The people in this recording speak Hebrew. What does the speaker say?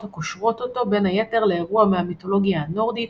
הקושרות אותו בין היתר לאירוע מהמיתולוגיה הנורדית,